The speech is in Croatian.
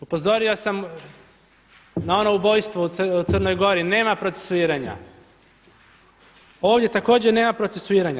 Upozorio sam na ono ubojstvo u Crnoj Gori, nema procesuiranja, ovdje također nema procesuiranja.